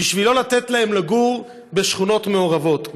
בשביל לא לתת להם לגור בשכונות מעורבות,